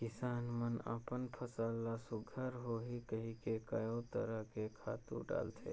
किसान मन अपन फसल ल सुग्घर होही कहिके कयो तरह के खातू डालथे